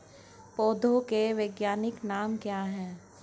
पौधों के वैज्ञानिक नाम क्या हैं?